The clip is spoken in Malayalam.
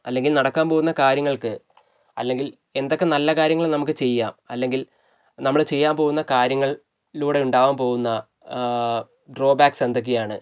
അല്ലെങ്കിൽ നടക്കാൻ പോകുന്ന കാര്യങ്ങൾക്ക് അല്ലെങ്കിൽ എന്തൊക്കെ നല്ല കാര്യങ്ങൾ നമുക്ക് ചെയ്യാം അല്ലെങ്കിൽ നമ്മൾ ചെയ്യാൻ പോകുന്ന കാര്യങ്ങളിലൂടെ ഉണ്ടാകാൻ പോകുന്ന ഡ്രോബാക്സ് എന്തൊക്കെയാണ്